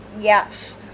Yes